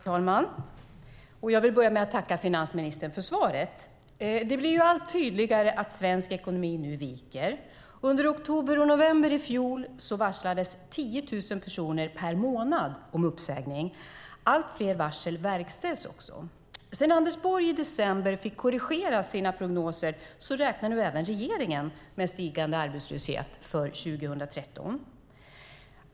Herr talman! Jag vill börja med att tacka finansministern för svaret. Det blir allt tydligare att svensk ekonomi nu viker. Under oktober och november i fjol varslades 10 000 personer per månad om uppsägning. Allt fler varsel verkställs också. Sedan Anders Borg i december fick korrigera sina prognoser räknar nu även regeringen med stigande arbetslöshet under 2013.